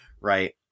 right